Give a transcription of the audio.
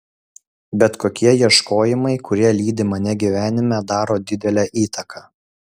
bet kokie ieškojimai kurie lydi mane gyvenime daro didelę įtaką